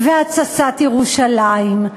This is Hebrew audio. והתססת ירושלים,